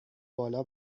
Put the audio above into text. بالا